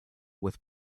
with